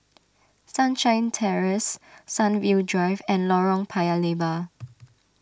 Sunshine Terrace Sunview Drive and Lorong Paya Lebar